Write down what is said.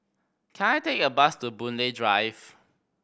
can I take a bus to Boon Lay Drive